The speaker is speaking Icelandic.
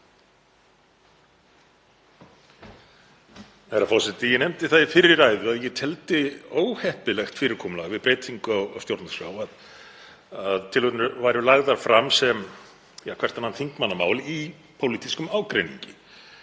Herra forseti. Ég nefndi það í fyrri ræðu að ég teldi óheppilegt fyrirkomulag við breytingu á stjórnarskrá að tillögurnar væru lagðar fram sem hvert annað þingmannamál í pólitískum ágreiningi.